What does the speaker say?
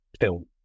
film